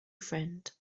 friend